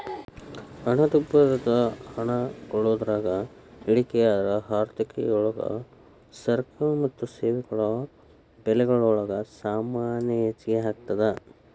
ಹಣದುಬ್ಬರದ ಹಣ ಕೊಳ್ಳೋದ್ರಾಗ ಇಳಿಕೆಯಾದ್ರ ಆರ್ಥಿಕತಿಯೊಳಗ ಸರಕು ಮತ್ತ ಸೇವೆಗಳ ಬೆಲೆಗಲೊಳಗ ಸಾಮಾನ್ಯ ಹೆಚ್ಗಿಯಾಗ್ತದ